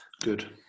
good